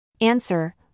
Answer